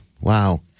Wow